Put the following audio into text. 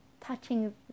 touching